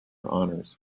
honors